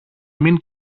μην